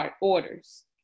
orders